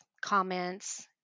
comments